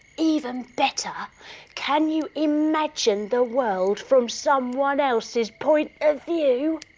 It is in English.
even better can you imagine the world from someone else's point of view?